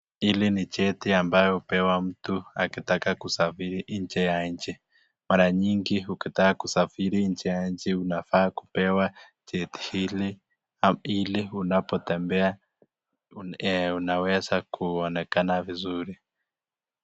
Hili ni cheti ambayo hupewa mtu akitaka kusafiri nje ya nchi. Mara nyingi ukitaka kusafiri nje ya nchi unafaa kupewa cheti hili, ili unapotembea unaweza kuonekana vizuri.